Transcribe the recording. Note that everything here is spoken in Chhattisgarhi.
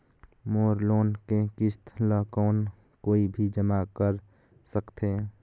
मोर लोन के किस्त ल कौन कोई भी जमा कर सकथे?